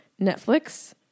Netflix